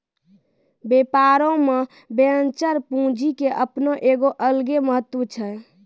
व्यापारो मे वेंचर पूंजी के अपनो एगो अलगे महत्त्व छै